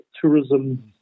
tourism